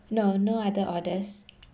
no no other orders